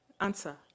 Answer